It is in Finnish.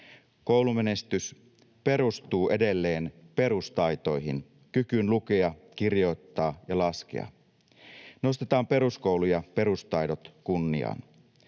Koulumenestys perustuu edelleen perustaitoihin: kykyyn lukea, kirjoittaa ja laskea. Nostetaan peruskoulu ja perustaidot kunniaan.